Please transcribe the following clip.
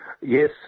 Yes